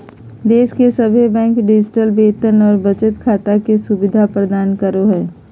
देश के सभे बैंक डिजिटल वेतन और बचत खाता के सुविधा प्रदान करो हय